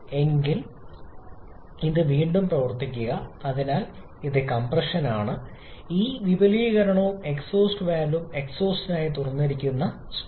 എനിക്ക് എങ്കിൽ ഇത് വീണ്ടും പ്രവർത്തിപ്പിക്കുക അതിനാൽ ഇത് കംപ്രഷനാണ് ഈ വിപുലീകരണവും എക്സ്ഹോസ്റ്റ് വാൽവും എക്സ്ഹോസ്റ്റിനായി തുറന്നിരിക്കുന്നു സ്ട്രോക്ക്